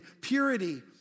purity